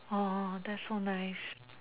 oh that's so nice